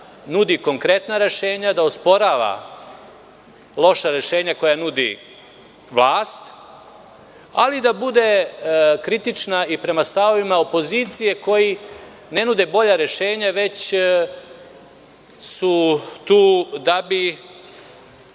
nudi konkretna rešenja, da osporava loša rešenja koja nudi vlast, ali da bude kritična i prema stavovima opozicije koji ne nude bolja rešenja, već su tu da bi